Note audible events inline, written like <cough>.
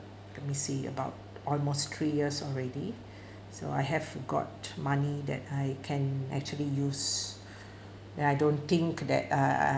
let me see about almost three years already <breath> so I have got money that I can actually use <breath> that I don't think that uh uh